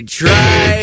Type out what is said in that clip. try